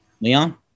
Leon